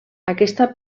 aquesta